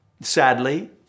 Sadly